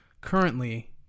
currently